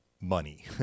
money